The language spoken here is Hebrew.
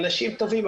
אנשים טובים,